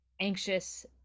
anxious